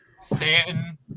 Stanton